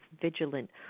vigilant